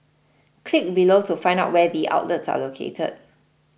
click below to find out where the outlets are located